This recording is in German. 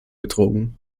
betrogen